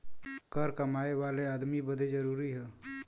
कर कमाए वाले अदमी बदे जरुरी हौ